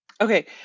Okay